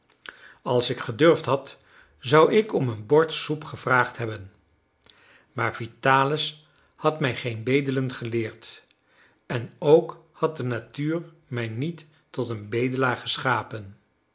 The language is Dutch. als ik gedurfd had zou ik om een bord soep gevraagd hebben maar vitalis had mij geen bedelen geleerd en ook had de natuur mij niet tot een bedelaar geschapen